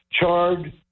charred